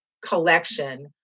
collection